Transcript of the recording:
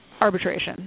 arbitration